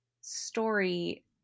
story